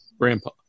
Grandpa